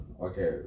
Okay